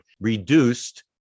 reduced